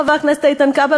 חבר הכנסת איתן כבל,